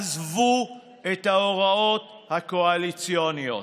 עזבו את ההוראות הקואליציוניות,